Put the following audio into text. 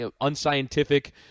unscientific